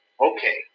Okay